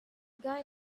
guy